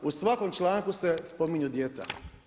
U svakom članku se spominju djeca.